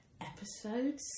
episode